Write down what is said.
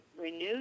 renewed